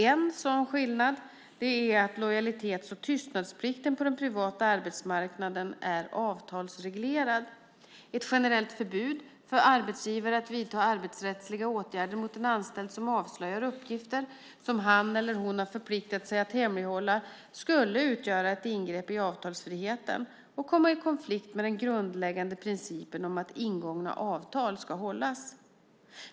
En sådan skillnad är att lojalitets och tystnadsplikten på den privata arbetsmarknaden är avtalsreglerad. Ett generellt förbud för arbetsgivare att vidta arbetsrättsliga åtgärder mot en anställd som avslöjar uppgifter som han eller hon har förpliktat sig att hemlighålla skulle utgöra ett ingrepp i avtalsfriheten och komma i konflikt med den grundläggande principen om att ingångna avtal ska hållas.